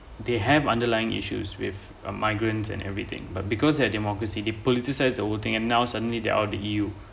they have underlying issues with a migrants and everything but because they have democracy they politicised the voting and now suddenly they're out on you